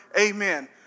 Amen